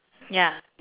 ya